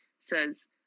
says